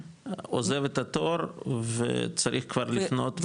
עוזב את התור וצריך כבר לפנות,